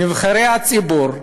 נבחרי הציבור,